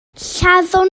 lladdon